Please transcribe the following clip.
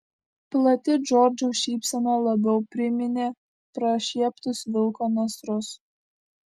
plati džordžo šypsena labiau priminė prašieptus vilko nasrus